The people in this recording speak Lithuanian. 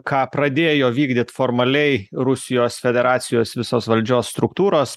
ką pradėjo vykdyt formaliai rusijos federacijos visos valdžios struktūros